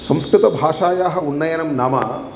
संस्कृतभाषायाः उन्नयनं नाम